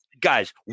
guys